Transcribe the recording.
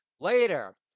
Later